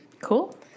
Cool